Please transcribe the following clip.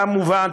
כמובן,